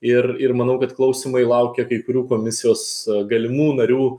ir ir manau kad klausymai laukia kai kurių komisijos galimų narių